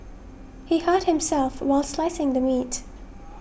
he hurt himself while slicing the meat